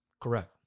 Correct